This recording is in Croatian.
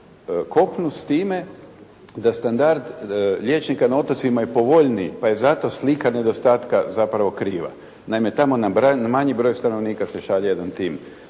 kopnu s time da standard liječnika na otocima je povoljniji pa je zato slika nedostatka zapravo kriva. Naime tamo na manji broj stanovnika se šalje jedan tim.